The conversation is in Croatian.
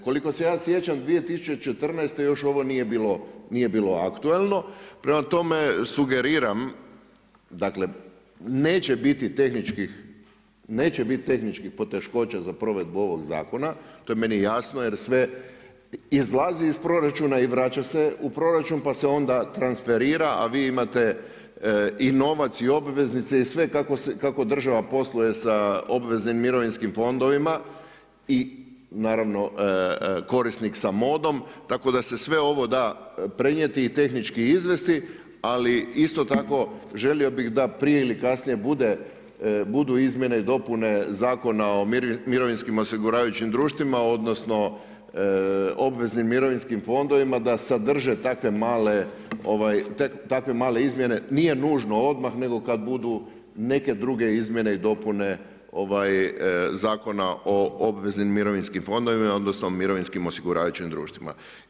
Koliko se ja sjećam, 2014. još ovo nije bilo aktualno prema tome sugeriram dakle, neće biti tehničkih poteškoća za provedbu ovog zakona, to je meni jasno jer sve izlazi iz proračuna i vraća se u proračun pa se onda transferira a vi imate i novac i obveznice i sve kako država posluje sa obveznim mirovinskim fondovima i naravno korisnik sa modom tako da se sve ovo da prenijeti i tehnički izvesti ali isto tako želio bi da prije ili kasnije budu izmjene i dopune Zakon o mirovinskim osiguravajućim društvima odnosno obveznim mirovinskim fondovima da sadrže takve male izmjene, nije nužno odmah nego kad budu neke druge izmjene i dopune Zakona o obveznim mirovinskim fondovima odnosno mirovinskim osiguravajućim društvima.